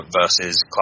versus